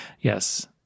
yes